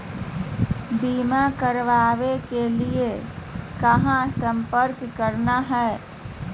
बीमा करावे के लिए कहा संपर्क करना है?